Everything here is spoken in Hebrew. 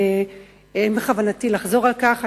אין בכוונתי לחזור על כך.